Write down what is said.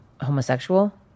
homosexual